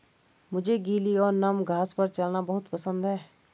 मुझे गीली और नम घास पर चलना बहुत पसंद है